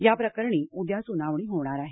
याप्रकरणी उद्या सुनावणी होणार आहे